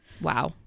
Wow